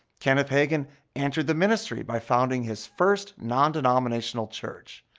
kenneth hagin entered the ministry by founding his first non-denominational church.